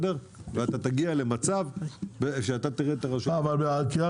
ואתה תגיע למצב שאתה תראה -- אבל בקריאה